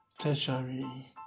tertiary